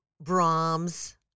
Brahms